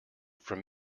from